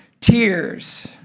tears